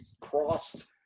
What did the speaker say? crossed